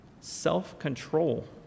self-control